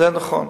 זה נכון.